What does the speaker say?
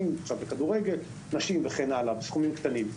ולכדורגל נשים וכן הלאה בסכומים קטנים.